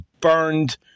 burned